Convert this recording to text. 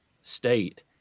state